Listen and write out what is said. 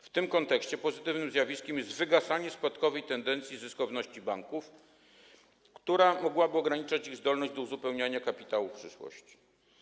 W tym kontekście pozytywnym zjawiskiem jest wygasanie spadkowej tendencji zyskowności banków, która mogłaby ograniczać ich zdolność do uzupełniania kapitału w przyszłości.